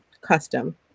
custom